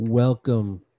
welcome